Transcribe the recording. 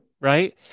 Right